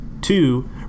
Two